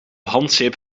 handzeep